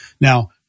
Now